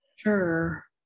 sure